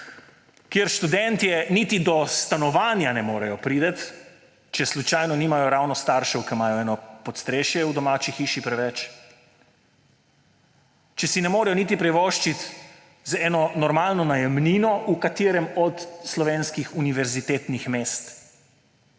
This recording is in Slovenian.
Kjer študentje niti do stanovanja ne morejo priti, če slučajno nimajo ravno staršev, ki imajo eno podstrešje v domači hiši preveč; če si ne morejo niti privoščiti za eno normalno najemnino v katerem od slovenskih univerzitetnih mest;